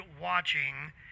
watching